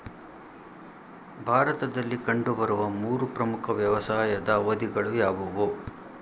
ಭಾರತದಲ್ಲಿ ಕಂಡುಬರುವ ಮೂರು ಪ್ರಮುಖ ವ್ಯವಸಾಯದ ಅವಧಿಗಳು ಯಾವುವು?